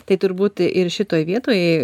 tai turbūt ir šitoj vietoj